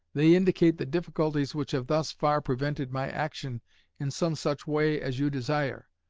they indicate the difficulties which have thus far prevented my action in some such way as you desire.